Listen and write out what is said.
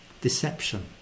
deception